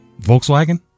Volkswagen